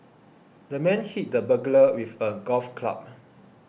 the man hit the burglar with a golf club